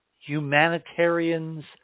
humanitarians